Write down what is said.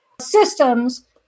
systems